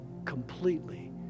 completely